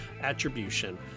attribution